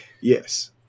Yes